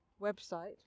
website